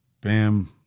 Bam